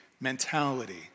mentality